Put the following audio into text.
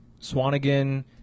Swanigan